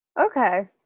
Okay